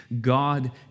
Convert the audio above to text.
God